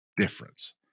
difference